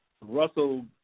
Russell –